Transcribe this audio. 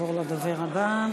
נעבור לדובר הבא.